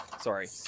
Sorry